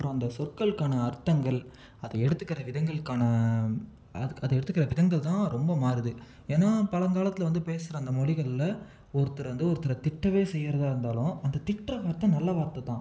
அப்புறம் அந்த சொற்களுக்கான அர்த்தங்கள் அதை எடுத்துக்கிற விதங்களுக்கான அது எடுத்துக்கிற விதங்கள் தான் ரொம்ப மாறுது ஏன்னா பழங்காலத்தில் வந்து பேசுகிற அந்த மொழிகள்ல ஒருத்தர் வந்து ஒருத்தரை திட்டவே செய்யிறதாக இருந்தாலும் அந்த திட்டுற வார்த்தை நல்ல வார்த்தை தான்